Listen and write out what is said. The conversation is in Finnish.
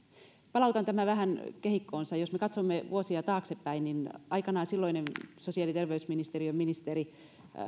palautan tämän vähän kehikkoonsa jos me katsomme vuosia taaksepäin niin aikanaan silloinen sosiaali ja terveysministeriön ministeri